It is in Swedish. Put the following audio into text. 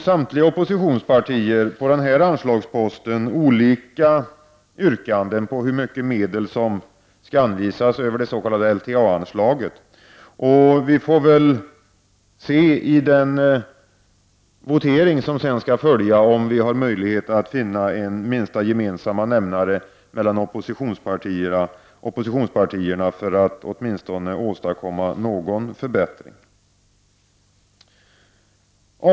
Samtliga oppositionspartier har på denna anslagspost olika yrkanden på hur mycket medel som skall anvisas över det s.k. LTA-anslaget. Vi får väl se i den votering som följer om det går att finna en minsta gemensamma näm nare mellan oppositionspartierna för att åtminstone åstadkomma någon förbättring. Herr talman!